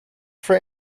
for